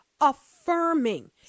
affirming